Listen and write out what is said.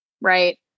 Right